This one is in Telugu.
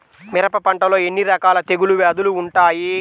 మిరప పంటలో ఎన్ని రకాల తెగులు వ్యాధులు వుంటాయి?